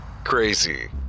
crazy